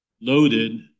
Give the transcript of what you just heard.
loaded –